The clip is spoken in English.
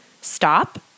stop